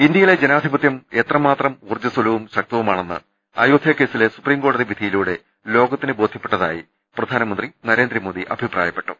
ഇന്ത്യയിലെ ജനാധിപത്യം എത്രമാത്രം ഊർജ്ജസ്വലവും ശക്ത വുമാണെന്ന് അയോധ്യക്കേസിലെ സുപ്രീംകോടതി വിധിയിലൂടെ ലോകത്തിന് ബോധ്യപ്പെട്ടതായി പ്രധാനമന്ത്രി നരേന്ദ്രമോദി അഭി പ്രായപ്പെട്ടു